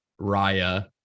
Raya